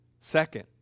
Second